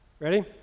Ready